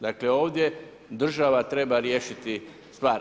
Dakle, ovdje država treba riješiti stvar.